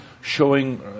showing